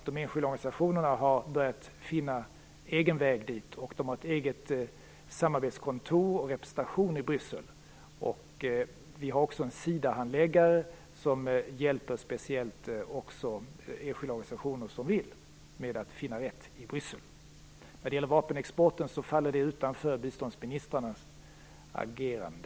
De enskilda organisationerna har nu börjat finna en egen väg dit och de har ett eget samarbetskontor och station i Bryssel. Vi har också en SIDA-handläggare som speciellt hjälper enskilda organisationer att hitta rätt i Bryssel. Frågan om vapenexporten faller utanför biståndsministrarnas agerande.